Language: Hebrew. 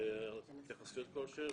התייחסות לגביהן.